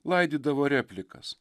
laidydavo replikas